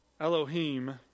Elohim